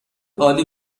عالی